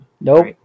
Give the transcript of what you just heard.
Nope